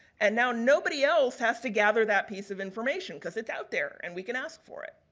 and now, nobody else has to gather that piece of information because it's out there and we can ask for it.